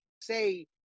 say